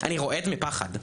אני רועד מפחד,